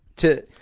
to